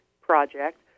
project